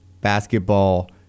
basketball